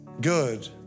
good